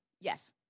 Yes